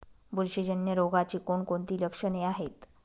बुरशीजन्य रोगाची कोणकोणती लक्षणे आहेत?